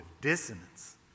dissonance